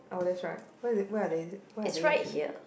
oh that's right what is what are what are they actually